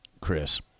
Chris